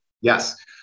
Yes